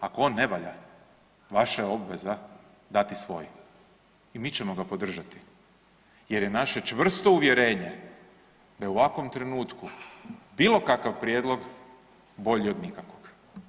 Ako on ne valja, vaša je obveza dati svoj i mi ćemo ga podržati jer je naše čvrsto uvjerenje da je u ovakvom trenutku bilo kakav prijedlog bolji od nikakvog.